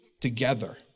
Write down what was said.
together